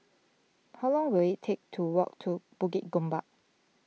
how long will it take to walk to Bukit Gombak